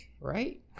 right